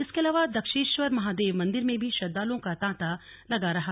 इसके अलावा दक्षेश्वर महादेव मंदिर में भी श्रद्दालुओं का तांता लगा रहा